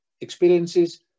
experiences